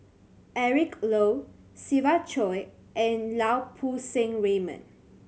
Eric Low Siva Choy and Lau Poo Seng Raymond